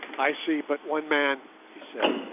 i see but one man he said.